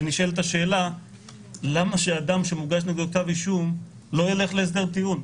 אבל נשאלת השאלה למה שאדם שמוגש נגדו כתב אישום לא ילך להסדר טיעון.